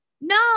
no